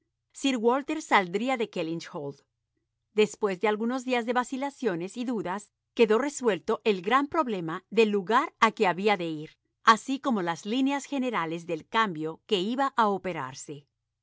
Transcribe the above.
sir walter saldría de kellynch hall después de algunos días de vacilaciones y dudas quedó resuelto el gran problema del lugar a que había de ir así como las líneas generales del cambio que iba a operarse